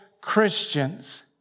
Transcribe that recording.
Christians